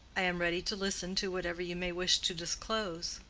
i am ready to listen to whatever you may wish to disclose.